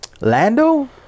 Lando